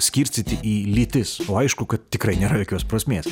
skirstyti į lytis o aišku kad tikrai nėra jokios prasmės